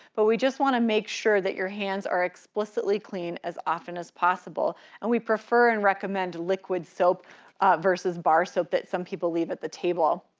but we just wanna make sure that your hands are explicitly clean as often as possible. and we prefer and recommend liquid soap versus bar soap that some people leave at the table.